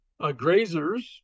Grazers